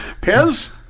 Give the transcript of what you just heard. Pez